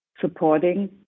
supporting